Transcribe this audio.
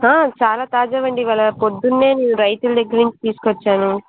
చాలా తాజావండి ఇవాళ పొద్దున్నే మేము రైతుల దగ్గరనుంచి తీసుకొచ్చాము